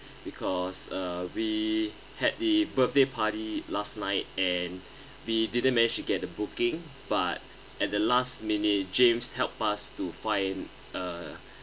because uh we had the birthday party last night and we didn't manage to get the booking but at the last minute james helped us to find a